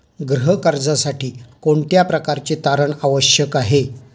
गृह कर्जासाठी कोणत्या प्रकारचे तारण आवश्यक आहे?